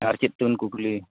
ᱟᱨ ᱪᱮᱫᱪᱚᱵᱮᱱ ᱠᱩᱠᱞᱤ